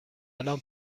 الان